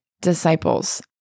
disciples